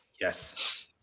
Yes